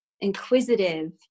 inquisitive